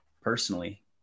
personally